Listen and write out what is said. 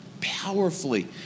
Powerfully